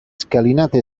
scalinate